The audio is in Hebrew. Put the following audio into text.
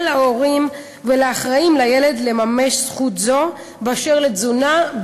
להורים ולאחראים לילד לממש זכות זו באשר לתזונה,